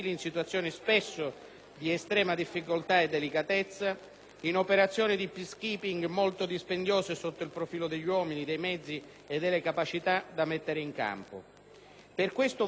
di estrema difficoltà e delicatezza, in operazioni di *peace keeping* molto dispendiose sotto il profilo degli uomini, dei mezzi e delle capacità da mettere in campo. Per tali motivi vorremmo